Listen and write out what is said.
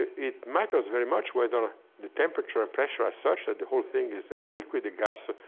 it matters very much whether ah the temperature and pressure as such, that the whole thing is a liquid, a gas,